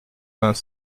vingt